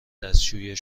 دستشویی